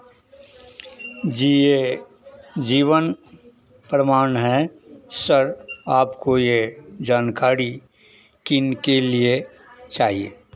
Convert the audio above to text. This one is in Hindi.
जी यह जीवन प्रमाण है शर आपको यह जानकारी किन के लिए चाहिए